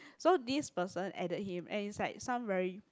so this person added him and is like some very